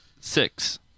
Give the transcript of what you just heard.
Six